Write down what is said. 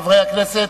חברי הכנסת,